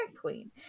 queen